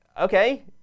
Okay